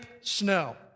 snow